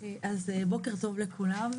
בוקר טוב לכולם,